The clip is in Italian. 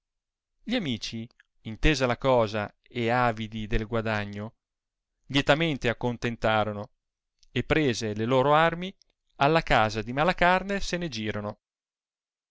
ìli amici intesa la cosa e avidi del guadagno lietamente accontentarono e prese le lor armi alla casa di malacarne se ne girono